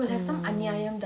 mm